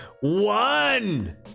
One